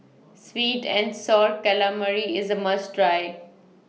Sweet and Sour Calamari IS A must Try